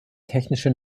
technische